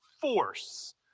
force